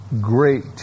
great